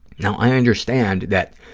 now, i understand that